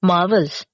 Marvels